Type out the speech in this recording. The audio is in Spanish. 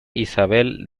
isabel